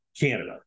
Canada